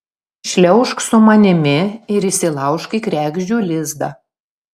šliaužk su manimi ir įsilaužk į kregždžių lizdą